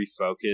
refocus